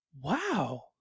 wow